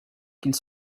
qu’ils